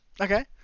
Okay